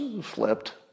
flipped